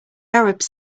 arabs